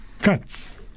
cuts